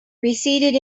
receded